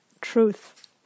truth